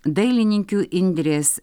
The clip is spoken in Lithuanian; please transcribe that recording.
dailininkių indrės